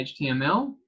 HTML